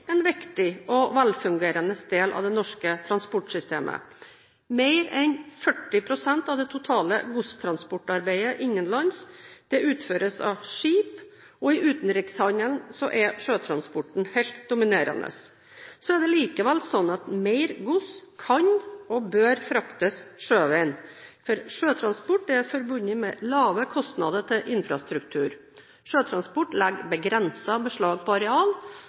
en viktig og velfungerende del av det norske transportsystemet. Mer enn 40 pst. av det totale godstransportarbeidet innenlands utføres av skip, og i utenrikshandelen er sjøtransporten helt dominerende. Det er likevel sånn at mer gods kan og bør fraktes sjøveien, for sjøtransport er forbundet med lave kostnader til infrastruktur, sjøtransport legger begrenset beslag på areal,